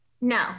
No